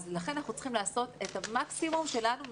לכן אנחנו צריכים לעשות את המקסימום שלנו,